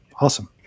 Awesome